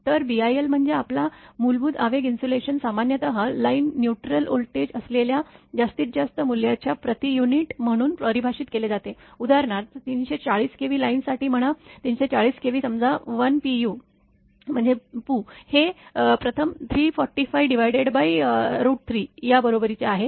तर BIL म्हणजे आपला मूलभूत आवेग इन्सुलेशन सामान्यत लाइन न्यूट्रल व्होल्टेज असलेल्या जास्तीत जास्त मूल्याच्या प्रति युनिट म्हणून परिभाषित केले जाते उदाहरणार्थ 340 kV लाईनसाठी म्हणा 340 kV समजा 1 पु हे प्रथम 3453 या बरोबरीचे आहे